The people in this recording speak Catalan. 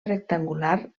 rectangular